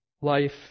Life